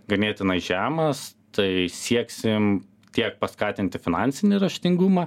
ganėtinai žemas tai sieksim tiek paskatinti finansinį raštingumą